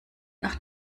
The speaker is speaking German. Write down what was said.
nach